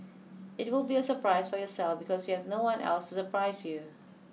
it will be a surprise for yourself because you have no one else to surprise you